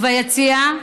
וביציע,